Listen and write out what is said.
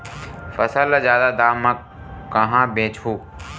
फसल ल जादा दाम म कहां बेचहु?